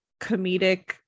comedic